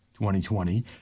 2020